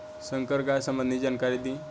संकर गाय सबंधी जानकारी दी?